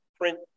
print